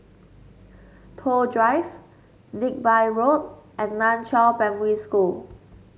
Toh Drive Digby Road and Nan Chiau Primary School